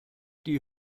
die